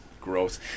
Gross